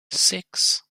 six